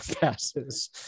passes